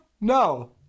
No